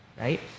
right